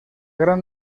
gran